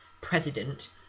President